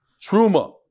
truma